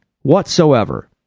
whatsoever